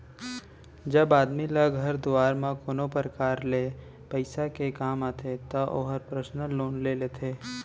जब आदमी ल घर दुवार म कोनो परकार ले पइसा के काम आथे त ओहर पर्सनल लोन ले लेथे